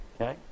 Okay